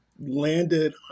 Landed